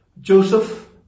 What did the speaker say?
Joseph